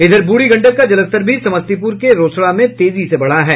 इधर बूढ़ी गंडक का जलस्तर भी समस्तीपुर के रोसड़ा में तेजी से बढ़ा है